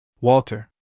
Walter